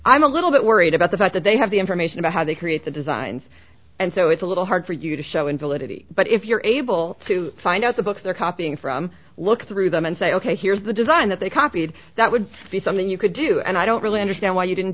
i'm a little bit worried about the fact that they have the information about how they create the designs and so it's a little hard for you to show invalidity but if you're able to find out the books they're copying from look through them and say ok here's the design that they copied that would be something you could do and i don't really understand why you didn't